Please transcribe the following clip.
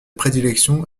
prédilection